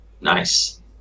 nice